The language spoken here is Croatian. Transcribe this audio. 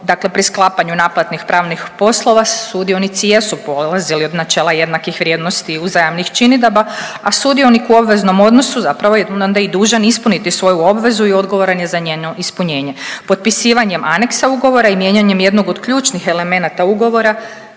Dakle pri sklapanju naplatnih pravnih poslova, sudionici jesu polazili od načela jednakih vrijednosti i uzajamnih činidaba, a sudionik u obveznom odnosu zapravo je onda i dužan ispuniti svoju obvezu i odgovoran je za njeno ispunjenje. Potpisivanjem aneksa ugovora i mijenjanjem jednog od ključnih elemenata ugovora,